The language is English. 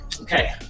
Okay